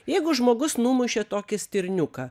jeigu žmogus numušė tokį stirniuką